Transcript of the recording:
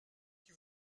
qui